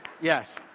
Yes